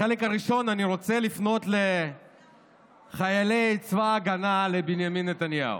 בחלק הראשון אני רוצה לפנות לחיילי צבא ההגנה לבנימין נתניהו.